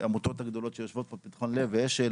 העמותות הגדולות שיושבות פה, פתחון לב ואשל,